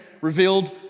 revealed